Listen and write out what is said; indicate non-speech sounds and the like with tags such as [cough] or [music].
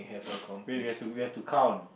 [breath] wait we have to we have to count